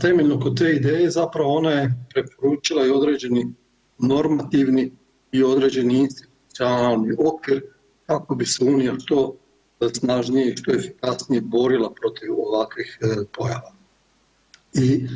Temeljno kod te ideje zapravo, ona je preporučila i određeni normativni i određeni institucionalni okvir kako bi se Unija što snažnije i efikasnije borila protiv ovakvih pojava i